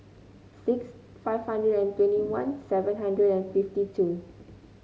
six five hundred and twenty one seven hundred and fifty two